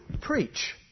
preach